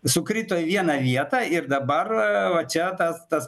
sukrito į vieną vietą ir dabar va čia tas tas